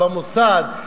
במוסד,